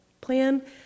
plan